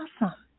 awesome